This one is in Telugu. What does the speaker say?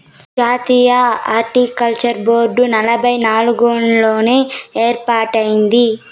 జాతీయ హార్టికల్చర్ బోర్డు ఎనభై నాలుగుల్లోనే ఏర్పాటైనాది